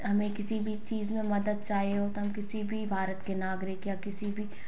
हमें किसी भी चीज़ में मदद चाहिए हो तो हम किसी भी भारत के नागरिक या किसी भी